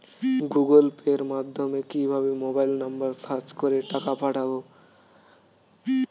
Google Pay মাধ্যমে কিভাবে mobile number search করে টাকা পাঠাবো?